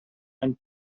and